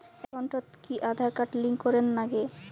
একাউন্টত কি Aadhaar card link করের নাগে?